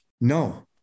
No